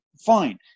fine